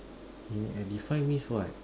you define means what